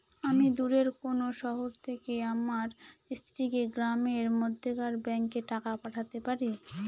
আমি দূরের কোনো শহর থেকে আমার স্ত্রীকে গ্রামের মধ্যেকার ব্যাংকে টাকা পাঠাতে পারি?